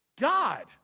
God